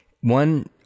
One